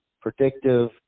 predictive